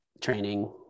training